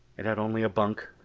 it had only a bunk,